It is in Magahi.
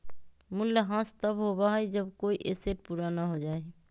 मूल्यह्रास तब होबा हई जब कोई एसेट पुराना हो जा हई